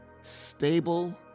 stable